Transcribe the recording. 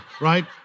right